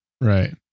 right